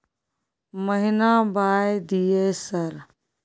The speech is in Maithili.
महीना बाय दिय सर?